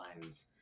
lines